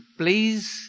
please